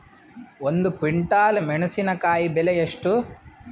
ಒಂದು ಕ್ವಿಂಟಾಲ್ ಮೆಣಸಿನಕಾಯಿ ಬೆಲೆ ಎಷ್ಟು?